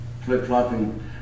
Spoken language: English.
flip-flopping